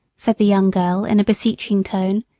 said the young girl in a beseeching tone.